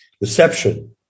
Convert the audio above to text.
reception